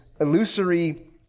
illusory